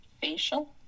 facial